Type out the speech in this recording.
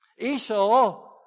Esau